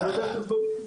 ואתה בודק אותו,